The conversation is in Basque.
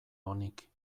onik